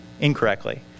incorrectly